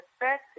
effective